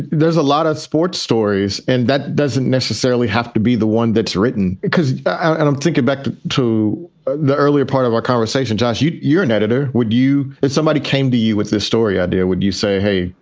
there's a lot of sports stories and that doesn't necessarily have to be the one that's written. because i'm thinking back to the earlier part of our conversation. josh, you're an editor. would you. if somebody came to you with this story idea, would you say, hey,